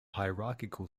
hierarchical